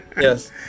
Yes